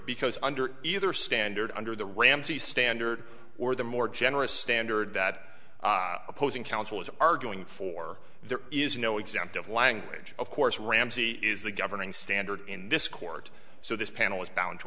because under either standard under the ramsey standard or the more generous standard that opposing counsel is arguing for there is no exempt of language of course ramsey is the governing standard in this court so this panel is bound to